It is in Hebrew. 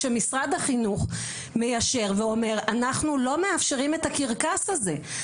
שמשרד החינוך מיישר ואומר - אנחנו לא מאפשרים את הקרקס הזה.